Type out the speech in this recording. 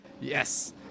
yes